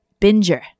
binger